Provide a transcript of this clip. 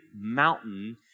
mountain